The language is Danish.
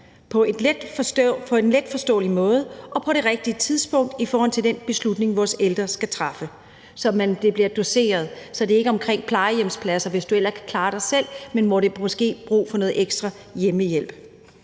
på en letforståelig måde og på det rigtige tidspunkt i forhold til den beslutning, vores ældre skal træffe. Det skal doseres, så det ikke handler om plejehjemspladser, hvis du ellers kan klare dig selv, men om, om der måske er brug for noget ekstra hjemmehjælp.